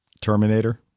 Terminator